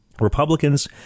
Republicans